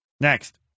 Next